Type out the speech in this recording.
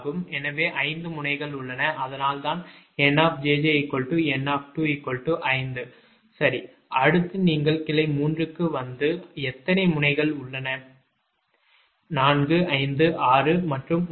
எனவே 5 முனைகள் உள்ளன அதனால் தான் 𝑁 𝑗𝑗 𝑁 5 சரி அடுத்து நீங்கள் கிளை 3 க்கு வந்து எத்தனை முனைகள் உள்ளன 456 மற்றும் 9